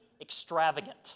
extravagant